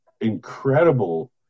incredible